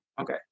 okay